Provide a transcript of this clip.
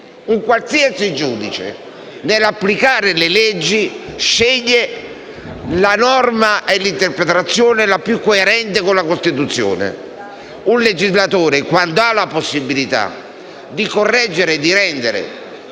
Un qualsiasi giudice, infatti, nell'applicare le leggi sceglie la norma e l'interpretazione più coerenti con la Costituzione. Un legislatore, quindi, quando ha la possibilità di correggere e rendere